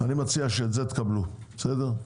אני מציע שאת זה תקבלו, בסדר?